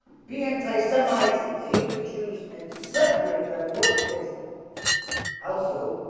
be anti-semites and to hate the jews and to separate them worked against them how so